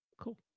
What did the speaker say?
Cool